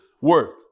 worth